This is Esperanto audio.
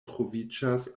troviĝas